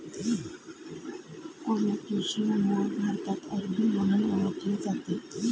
colocasia मूळ भारतात अरबी म्हणून ओळखले जाते